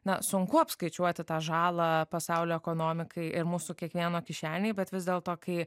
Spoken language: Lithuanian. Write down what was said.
na sunku apskaičiuoti tą žalą pasaulio ekonomikai ir mūsų kiekvieno kišenei bet vis dėlto kai